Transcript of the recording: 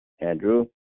Andrew